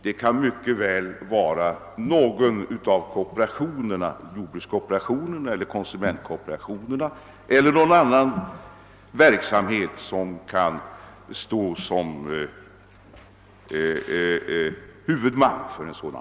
Det kan mycket väl vara kooperationen — jordbrukskooperationen eller konsumentkooperationen — eller någon annan verksamhetsform som står som huvudman.